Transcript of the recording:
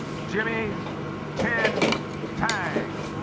jimmy ten tang